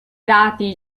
dati